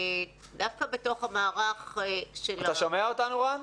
דווקא בתוך המערך של --- אתה שומע אותנו, רן?